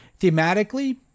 Thematically